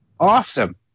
Awesome